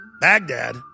Baghdad